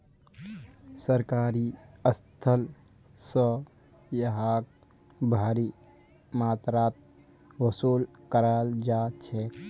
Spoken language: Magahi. सरकारी स्थल स यहाक भारी मात्रात वसूल कराल जा छेक